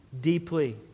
deeply